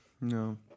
No